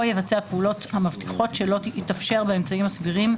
או יבצע פעולות המבטיחות שלא יתאפשר באמצעים סבירים,